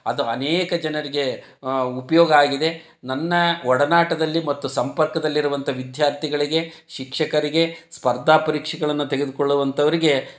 ಅದು ಅನೇಕ ಜನರಿಗೆ ಉಪಯೋಗ ಆಗಿದೆ ನನ್ನ ಒಡನಾಟದಲ್ಲಿ ಮತ್ತು ಸಂಪರ್ಕದಲ್ಲಿರುವಂಥ ವಿದ್ಯಾರ್ಥಿಗಳಿಗೆ ಶಿಕ್ಷಕರಿಗೆ ಸ್ಪರ್ಧಾ ಪರೀಕ್ಷೆಗಳನ್ನು ತೆಗೆದುಕೊಳ್ಳುವಂಥವ್ರಿಗೆ